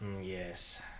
yes